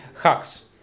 hacks